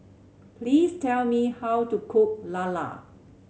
please tell me how to cook Lala